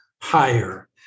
higher